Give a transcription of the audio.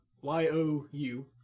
Y-O-U